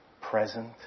present